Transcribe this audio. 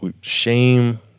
Shame